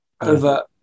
Over